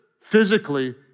physically